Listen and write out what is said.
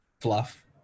fluff